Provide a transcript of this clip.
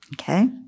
Okay